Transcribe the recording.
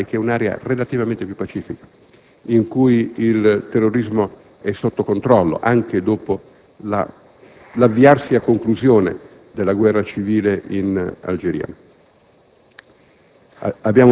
del Mediterraneo occidentale, un'area relativamente più pacifica in cui il terrorismo è sotto controllo, anche dopo l'avviarsi a conclusione della guerra civile in Algeria,